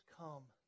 come